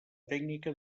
tècnica